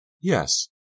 Yes